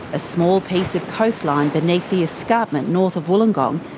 a small piece of coastline beneath the escarpment north of wollongong,